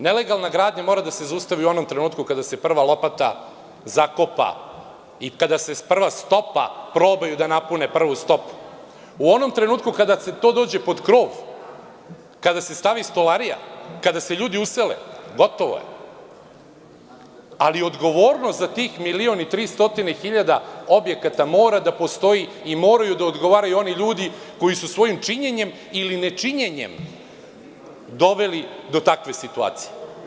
Nelegalna gradnja mora da se zaustavi u onom trenutku kada se prva lopata zakopa i kada se prva stope, kada probaju da napune prvu stopu, u onom trenutku kada to dođe pod krov, kada se stavi stolarija, kada se ljudi usele, gotovo je, ali odgovornost za 1.300.000 objekata mora da postoji i moraju da odgovaraju oni ljudi koji su svojim činjenjem ili ne činjenjem doveli do takve situacije.